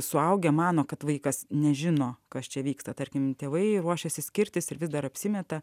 suaugę mano kad vaikas nežino kas čia vyksta tarkim tėvai ruošiasi skirtis ir vis dar apsimeta